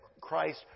Christ